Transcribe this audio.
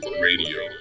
Radio